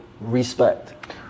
respect